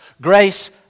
Grace